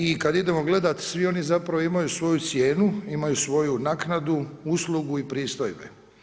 I kada idemo gledati svi oni zapravo imaju svoju cijenu, imaju svoju naknadu, uslugu i pristojbe.